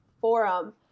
forum